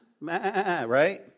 right